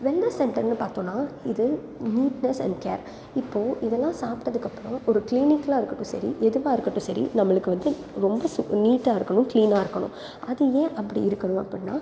wellness சென்டர்னு பார்த்தோன்னா இது நீட்னஸ் அண்ட் கேர் இப்போது இதெல்லாம் சாப்பிட்டதுக்கப்பறம் ஒரு க்ளீனிக்கலாக இருக்கட்டும் சரி எதுவாக இருக்கட்டும் சரி நம்மளுக்கு வந்து ரொம்ப சு நீட்டாக இருக்கணும் க்ளீனாக இருக்கணும் அது ஏன் அப்படி இருக்கணும் அப்படின்னா